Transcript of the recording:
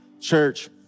church